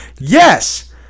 Yes